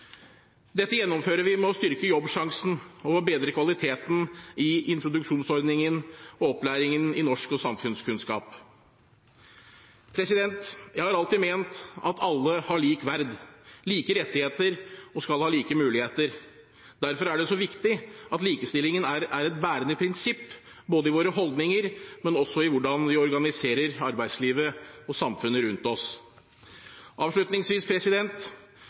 Dette gjennomfører vi ved å styrke Jobbsjansen og ved å bedre kvaliteten i introduksjonsordningen og opplæringen i norsk og samfunnskunnskap. Jeg har alltid ment at alle har lik verdi, like rettigheter og skal ha like muligheter. Derfor er det så viktig at likestillingen er et bærende prinsipp i våre holdninger, men også i hvordan vi organiserer arbeidslivet og samfunnet rundt oss. Avslutningsvis: